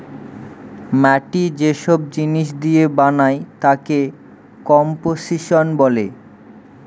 মাটি যে সব জিনিস দিয়ে বানায় তাকে কম্পোসিশন বলে